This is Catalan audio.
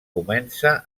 comença